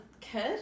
kid